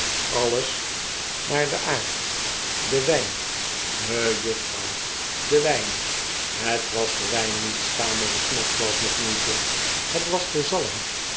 alles naar den aard de wijn mejuffrouw de wijn het was de wijn niet stamelde snodgrass met moeitej het was de zalm